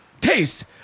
taste